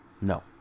No